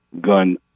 gun